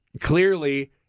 Clearly